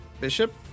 Bishop